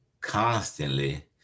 constantly